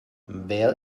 wer